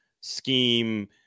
scheme